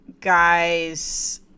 guys